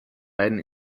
beiden